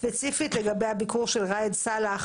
ספציפית לגבי הביקור של ראאד סלאח,